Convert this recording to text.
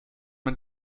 man